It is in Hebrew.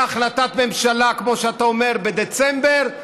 אם תהיה החלטת ממשלה, כמו שאתה אומר, בדצמבר,